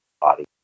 body